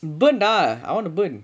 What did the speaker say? burn ah I want to burn